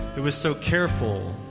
it was so careful,